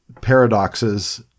paradoxes